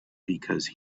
because